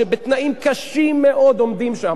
שבתנאים קשים מאוד עומדים שם,